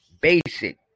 basic